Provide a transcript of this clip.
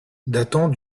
datant